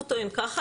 הוא טוען כך,